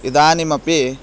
इदानीमपि